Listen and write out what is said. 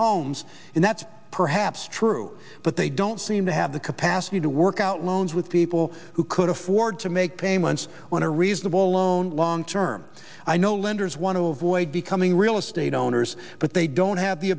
homes and that's perhaps true but they don't seem to have the capacity to work out loans with people who could afford to make payments on a reasonable loan long term i know lenders want to avoid becoming real estate owners but they don't have the